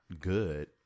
good